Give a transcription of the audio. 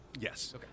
Yes